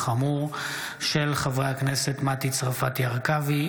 של חברי הכנסת מטי צרפתי הרכבי,